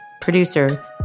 producer